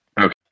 Okay